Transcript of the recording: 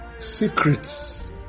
Secrets